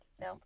No